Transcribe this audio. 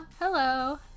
Hello